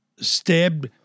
stabbed